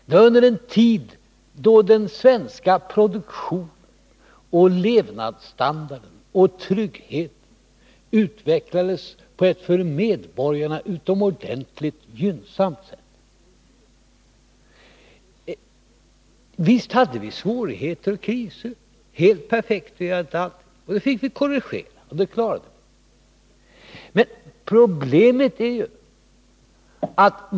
Det var under en tid då den svenska produktionen, levnadsstandarden och tryggheten utvecklades på ett för medborgarna utomordentligt gynnsamt sätt. Visst hade vi svårigheter och kriser — helt perfekt vill jag inte säga att det var — men dem fick vi korrigera och det klarade vi.